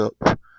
up